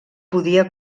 podia